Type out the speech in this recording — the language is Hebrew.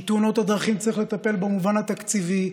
כי בתאונות הדרכים צריך לטפל במובן התקציבי,